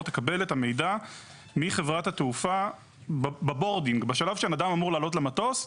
תקבל את המידע מחברת התעופה בשלב שבן אדם אמור להיכנס למטוס,